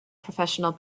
professional